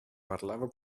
parlava